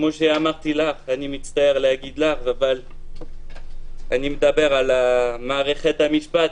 אני מצטער להגיד לך, אבל אני מדבר על מערכת המשפט: